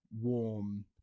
warm